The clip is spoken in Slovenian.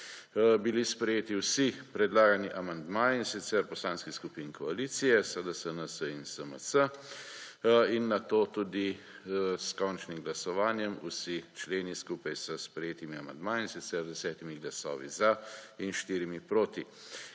bili sprejeti vsi predlagani amandmaji, in sicer poslanskih skupin koalicije SDS, NSi in SMC in nato tudi s končnim glasovanjem vsi členi skupaj s sprejetimi amandmaji, in sicer 10. glasovi za in 4. proti.